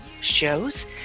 shows